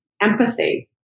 empathy